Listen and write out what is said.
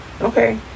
Okay